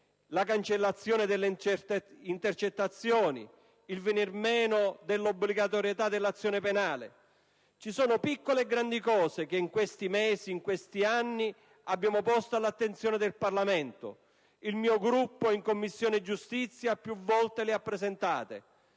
la cancellazione delle intercettazioni ed il venir meno dell'obbligatorietà dell'azione penale. Ci sono piccole e grandi cose che negli ultimi mesi ed anni abbiamo posto all'attenzione del Parlamento: il mio Gruppo in Commissione giustizia le ha più volte rappresentate.